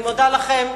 אני מודה לכם.